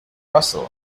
russell